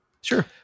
sure